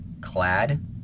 clad